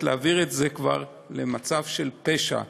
להעביר את העבירה למצב של פשע,